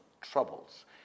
troubles